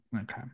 Okay